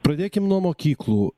pradėkim nuo mokyklų